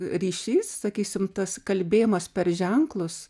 ryšys sakysim tas kalbėjimas per ženklus